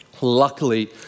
Luckily